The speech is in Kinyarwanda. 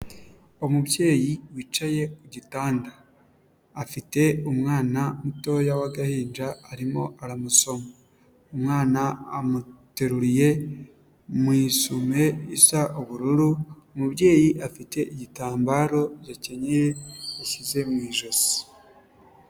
Umubyeyi wicaye ku gitanda, afite umwana mutoya w'agahinja arimo aramusoma, umwana amuteruriye mu isume isa ubururu, umubyeyi afite igitambaro yakennyeye, yashyize mu ijosi.